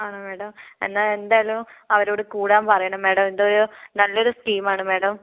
ആണോ മേഡം എന്നാൽ എന്തായാലും അവരോട് കൂടാൻ പറയണം മേഡം ഇതൊരു നല്ലൊരു സ്കീമാണ് മേഡം